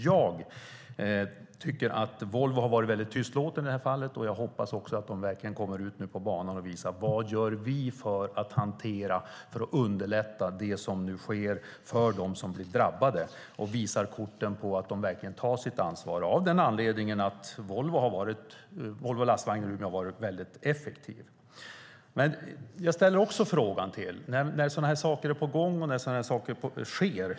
Jag tycker att Volvo har varit tystlåtet, och jag hoppas att företaget kommer ut på banan och visar vad det gör för att hantera och underlätta vad som sker för dem som blir drabbade. Volvo måste visa att företaget tar sitt ansvar, särskilt som fabriken Volvo Lastvagnar i Umeå har varit effektiv.